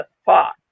spot